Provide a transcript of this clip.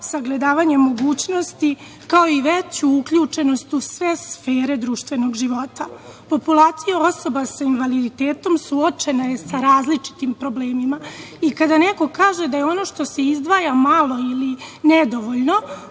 sagledavanje mogućnosti, kao i veću uključenost u sve sfere društvenog života. Populaciju osoba sa invaliditetom su uočene sa različitim problemima, i kada neko kaže da je ono što se izdvaja malo ili nedovoljno,